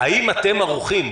האם אתם ערוכים,